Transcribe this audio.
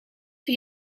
die